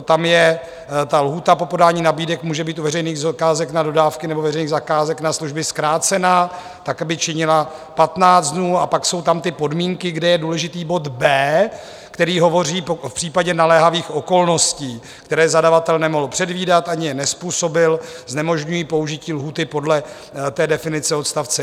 Tam je lhůta po podání nabídek může být u veřejných zakázek na dodávky nebo u veřejných zakázek na služby zkrácena tak, aby činila 15 dnů a pak jsou tam ty podmínky, kde je důležitý bod b), který hovoří: V případě naléhavých okolností, které zadavatel nemohl předvídat ani je nezpůsobil, znemožňují použití lhůty podle definice odst.